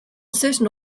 certain